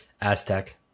Aztec